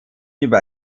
über